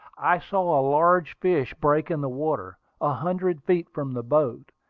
i saw a large fish break in the water, a hundred feet from the boat,